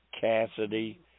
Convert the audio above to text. Cassidy